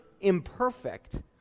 imperfect